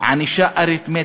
ענישה אריתמטית,